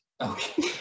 Okay